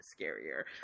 scarier